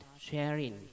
sharing